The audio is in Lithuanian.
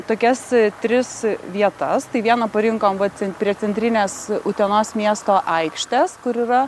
tokias tris vietas tai vieną parinkom vat cen prie centrinės utenos miesto aikštes kur yra